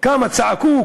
כמה צעקו,